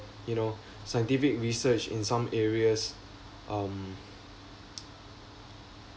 you know scientific research in some areas um